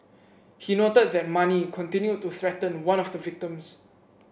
he noted that Mani continued to threaten one of the victims